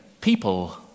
people